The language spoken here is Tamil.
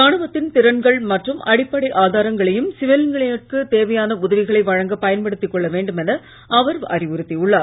ராணுவத்தின் திறன்கள் மற்றும் அடிப்படை ஆதாரங்களையும் சிவிலியன்களுக்கு தேவையான உதவிகளை வழங்க பயன்படுத்திக் கொள்ள வேண்டுமென அவர் அறிவுறுத்தி உள்ளார்